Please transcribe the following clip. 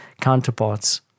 counterparts